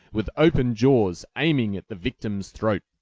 with open jaws, aiming at the victim's throat.